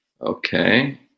Okay